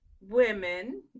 women